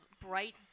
bright